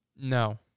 No